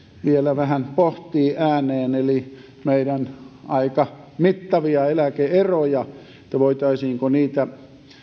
vielä vähän pohtii ääneen eli meidän aika mittavia eläke eroja voitaisiinko niitä